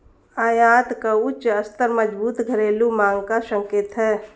आयात का उच्च स्तर मजबूत घरेलू मांग का संकेत है